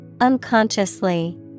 Unconsciously